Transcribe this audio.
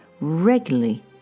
regularly